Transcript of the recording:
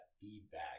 feedback